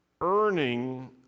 earning